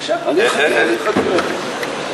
איזו אבירות היום.